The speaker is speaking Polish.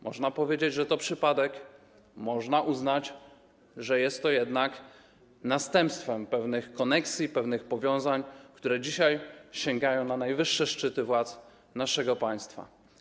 Można powiedzieć, że to przypadek, można uznać, że jest to jednak następstwem pewnych koneksji, pewnych powiązań, które dzisiaj sięgają na najwyższe szczyty władz naszego państwa.